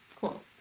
cool